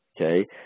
Okay